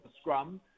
scrum